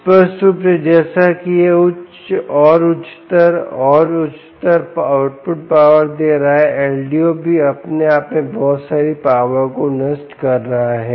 स्पष्ट रूप से जैसा कि यह उच्च और उच्चतर और उच्चतर आउटपुट पावर दे रहा है LDO भी अपने आप में बहुत सारी पावर को नष्ट कर रहा है